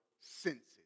senses